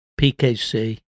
PKC